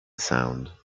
sound